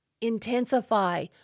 intensify